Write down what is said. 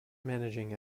managing